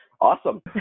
Awesome